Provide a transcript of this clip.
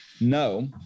No